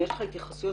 אם יש לך התייחסויות